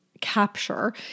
capture